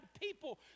people